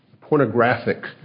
pornographic